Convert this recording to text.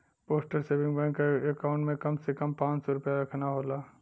postal saving bank क account में कम से कम पांच सौ रूपया रखना होला